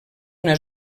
una